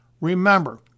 Remember